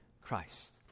Christ